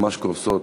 ממש קורסות,